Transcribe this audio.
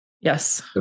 Yes